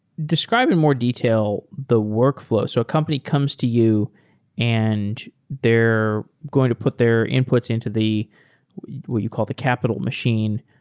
describe in more detail the workflow. so a company comes to you and they're going to put their inputs into the what you call the capital machine.